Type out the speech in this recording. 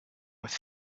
with